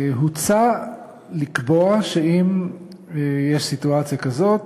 הוצע לקבוע שאם יש סיטואציה כזאת,